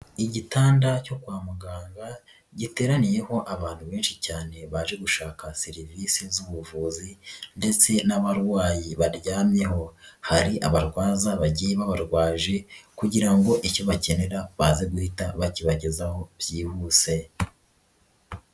Igitanda cyo kwa muganga giteraniyeho abantu benshi cyane baje gushaka serivisi z'ubuvuzi ndetse n'abarwayi baryamyeho, hari abarwaza bagiye babarwaje kugira ngo iki bakenera baze guhita bakibagezaho byihuse.